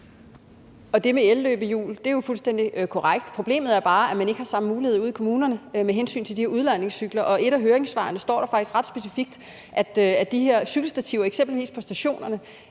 Det med elløbehjul er jo fuldstændig korrekt. Problemet er bare, at man ikke har samme mulighed ude i kommunerne med hensyn til udlejningscykler. Og i et af høringssvarene står der faktisk ret specifikt noget om de her cykelstativer, eksempelvis på stationerne,